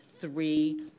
three